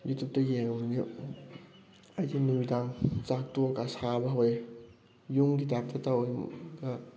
ꯌꯨꯇ꯭ꯌꯨꯞꯇ ꯌꯦꯡꯉꯕꯅꯤꯅ ꯑꯩꯁꯦ ꯅꯨꯃꯤꯗꯥꯡ ꯆꯥꯛ ꯇꯣꯛꯑꯒ ꯁꯥꯕ ꯍꯧꯋꯦ ꯌꯨꯝꯒꯤ ꯇꯥꯏꯞꯇ ꯇꯧꯋꯦ